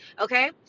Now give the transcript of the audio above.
Okay